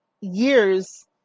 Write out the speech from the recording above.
years